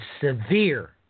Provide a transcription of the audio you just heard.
severe